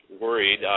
worried